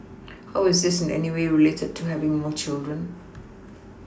how's this in any way related to having more children